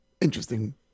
Interesting